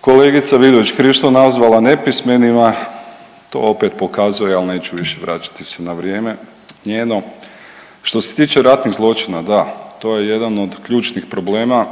kolegica Vidović Krišto nazvala nepismenima, to opet pokazuje, al neću više vraćati se na vrijeme njeno. Što se tiče ratnih zločina, da, to je jedan od ključnih problema